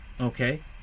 Okay